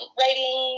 writing